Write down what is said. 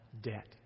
debt